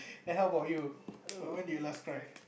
then how about you when when did you last cry